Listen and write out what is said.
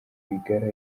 rwigara